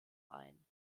ein